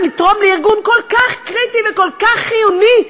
לתרום לארגון כל כך קריטי וכל כך חיוני,